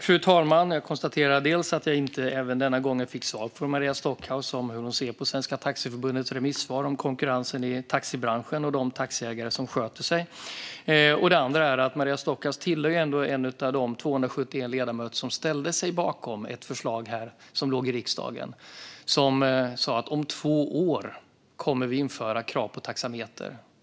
Fru talman! Jag konstaterar först att jag inte heller denna gång fick svar från Maria Stockhaus om hur hon ser på Svenska Taxiförbundets remisssvar om konkurrensen i taxibranschen och de taxiägare som sköter sig. Det andra är att Maria Stockhaus hör till de 271 ledamöter som ställde sig bakom ett förslag som låg på riksdagens bord. Det sa: Om två år kommer vi att införa krav på taxameter.